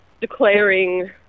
declaring